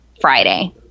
Friday